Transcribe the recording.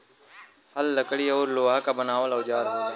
हल लकड़ी औरु लोहा क बनावल औजार होला